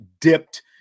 dipped